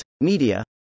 media